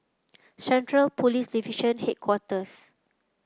Central Police Division Headquarters